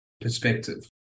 perspective